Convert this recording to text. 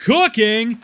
Cooking